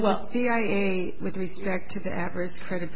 well with respect to the average credi